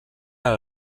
del